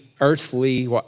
earthly